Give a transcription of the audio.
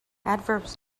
adverbs